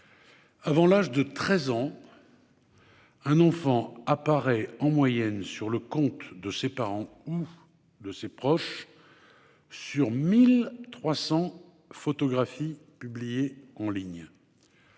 Avant l'âge de 13 ans, un enfant apparaît, en moyenne, sur le compte de ses parents ou de ses proches sur 1 300 photographies publiées en ligne.